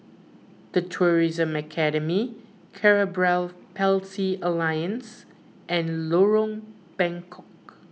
the Tourism Academy Cerebral Palsy Alliance and Lorong Bengkok